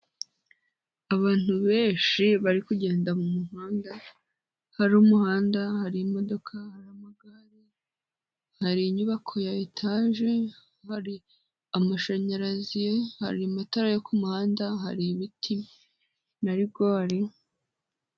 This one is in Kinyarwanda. Abantu benshi bari kugenda mu muhanda, hari umuhanda, hari imodoka hari amagare, hari inyubako ya etaje, hari amashanyarazi, hari matara yo kumuhanda, hari ibiti na rigori.